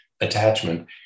attachment